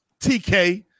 TK